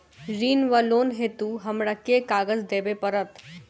ऋण वा लोन हेतु हमरा केँ कागज देबै पड़त?